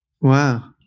Wow